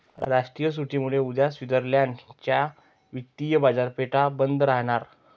राष्ट्रीय सुट्टीमुळे उद्या स्वित्झर्लंड च्या वित्तीय बाजारपेठा बंद राहणार